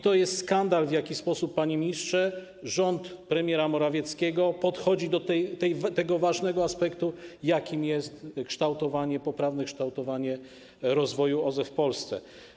To jest skandal, w jaki sposób, panie ministrze, rząd premiera Morawieckiego podchodzi do tego ważnego aspektu, jakim jest poprawne kształtowanie rozwoju OZE w Polsce.